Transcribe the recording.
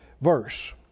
verse